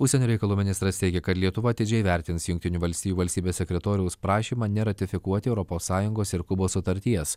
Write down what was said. užsienio reikalų ministras teigia kad lietuva atidžiai vertins jungtinių valstijų valstybės sekretoriaus prašymą neratifikuoti europos sąjungos ir kubos sutarties